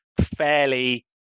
fairly